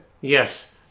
Yes